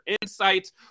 insights